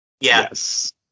Yes